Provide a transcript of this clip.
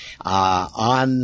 on